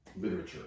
literature